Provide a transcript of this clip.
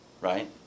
right